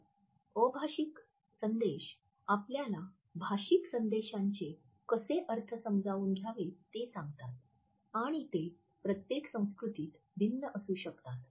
तर अभाषिक संदेश आपल्याला भाषिक संदेशांचे कसे अर्थ समजून घ्यावेत ते सांगतात आणि ते प्रत्येक संस्कृतीत भिन्न असू शकतात